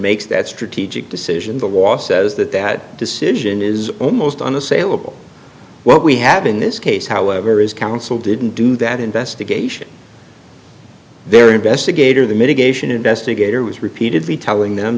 makes that strategic decision the wall says that that decision is almost unassailable what we have in this case however is counsel didn't do that investigation there investigator the mitigation investigator was repeatedly telling them